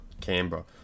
Canberra